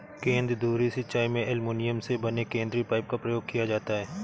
केंद्र धुरी सिंचाई में एल्युमीनियम से बने केंद्रीय पाइप का प्रयोग किया जाता है